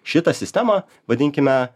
šitą sistemą vadinkime